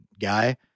guy